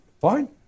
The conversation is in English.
Fine